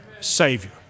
savior